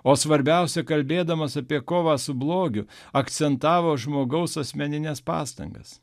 o svarbiausia kalbėdamas apie kovą su blogiu akcentavo žmogaus asmenines pastangas